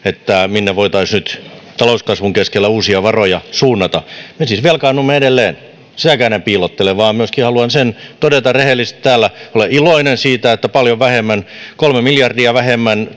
minne voitaisiin nyt talouskasvun keskellä suunnata uusia varoja me siis velkaannumme edelleen sitäkään en piilottele vaan haluan myöskin sen todeta rehellisesti täällä olen iloinen siitä että näillä näkymin tänä vuonna otetaan velkaa paljon vähemmän kolme miljardia vähemmän